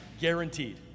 guaranteed